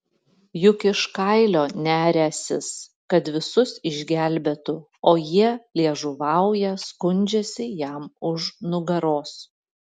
juk iš kailio neriąsis kad visus išgelbėtų o jie liežuvauja skundžiasi jam už nugaros